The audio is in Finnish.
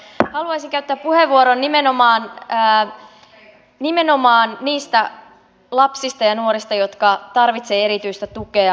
mutta haluaisin käyttää puheenvuoron nimenomaan niistä lapsista ja nuorista jotka tarvitsevat erityistä tukea